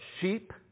sheep